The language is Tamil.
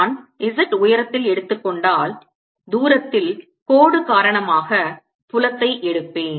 நான் z உயரத்தில் எடுத்துக்கொண்டால் தூரத்தில் கோடு காரணமாக புலத்தை எடுப்பேன்